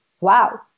Wow